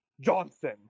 Johnson